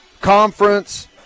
conference